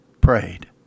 prayed